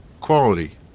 Quality